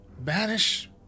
banish